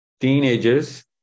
Teenagers